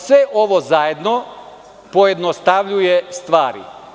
Sve ovo zajedno pojednostavljuje stvari.